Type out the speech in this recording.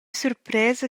surpresa